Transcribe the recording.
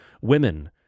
women